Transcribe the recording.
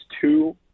two